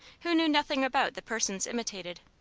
who knew nothing about the persons imitated.